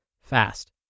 fast